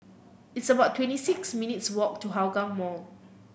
it's about twenty six minutes' walk to Hougang Mall